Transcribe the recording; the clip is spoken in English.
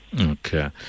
Okay